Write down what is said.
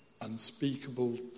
unspeakable